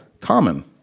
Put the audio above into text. common